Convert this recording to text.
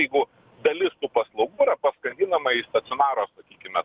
jeigu dalis paslaugų yra paskandinama į stacionaro sakykime